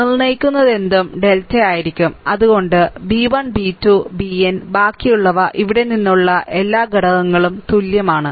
നിർണ്ണയിക്കുന്നതെന്തും delta ആയിരിക്കും അതുകൊണ്ട് b 1 b 2 bn ബാക്കിയുള്ളവ ഇവിടെ നിന്നുള്ള എല്ലാ ഘടകങ്ങളും തുല്യമാണ്